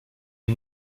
est